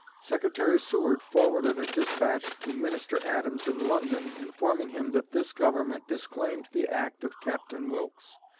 secretary seward forwarded a despatch to minister adams in london, informing him that this government disclaimed the act of captain wilkes,